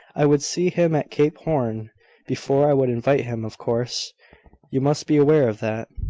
i would see him at cape horn before i would invite him, of course you must be aware of that.